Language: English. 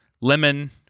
lemon